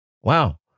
Wow